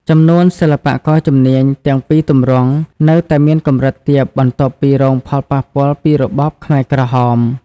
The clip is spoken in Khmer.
ចំនួនសិល្បករជំនាញ ទាំងពីរទម្រង់នៅតែមានកម្រិតទាបបន្ទាប់ពីរងផលប៉ះពាល់ពីរបបខ្មែរក្រហម។